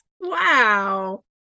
Wow